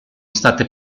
state